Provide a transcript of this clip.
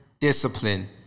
discipline